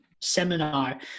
seminar